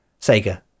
Sega